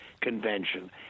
convention